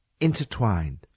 intertwined